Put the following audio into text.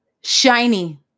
Shiny